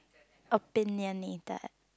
opinionated